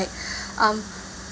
um